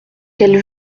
quelle